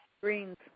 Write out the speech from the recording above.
Greens